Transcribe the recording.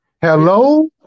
Hello